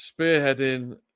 spearheading